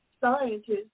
scientists